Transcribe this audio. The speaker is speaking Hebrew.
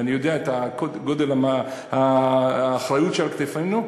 ואני יודע את גודל האחריות שעל כתפינו,